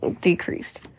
decreased